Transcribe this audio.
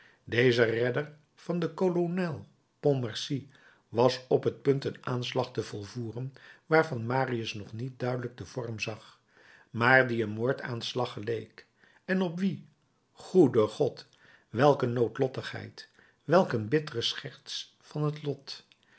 deze redder van den kolonel pontmercy was op het punt een aanslag te volvoeren waarvan marius nog niet duidelijk den vorm zag maar die een moordaanslag geleek en op wien goede god welk een noodlottigheid welk een bittere scherts van het lot